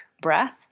breath